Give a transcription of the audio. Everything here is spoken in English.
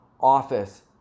office